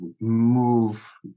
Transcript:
move